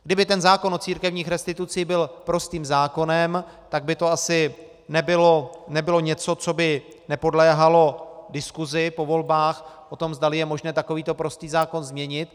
Kdyby ten zákon o církevních restitucí byl prostým zákonem, tak by to asi nebylo něco, co by nepodléhalo diskusi po volbách o tom, zdali je možné takovýto prostý zákon změnit.